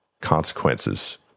consequences